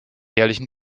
jährlichen